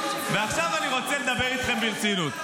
ועכשיו אני רוצה לדבר איתכם ברצינות.